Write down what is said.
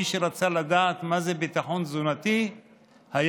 מי שרצה לדעת מה זה ביטחון תזונתי היה